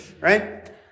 right